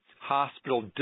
hospital